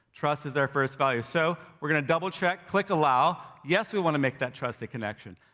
trust is our first value, so we're gonna double check, click allow, yes, we wanna make that trusted connection.